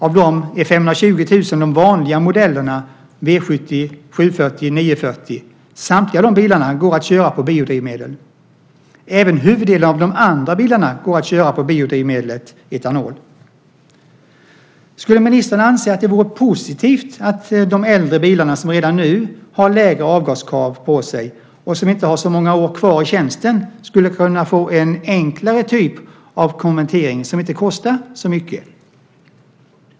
Av dem är 520 000 de vanliga modellerna V70, 740 och 940. Samtliga de bilarna går att köra på biodrivmedel. Även huvuddelen av de andra bilarna går att köra på biodrivmedlet etanol. Skulle ministern anse att det vore positivt att de äldre bilarna, som redan nu har lägre avgaskrav på sig och som inte har så många år kvar i tjänsten, skulle kunna få en enklare typ av konvertering som inte kostar så mycket?